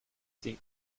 deep